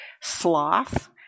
sloth